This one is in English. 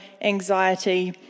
anxiety